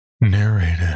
Narrated